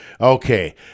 Okay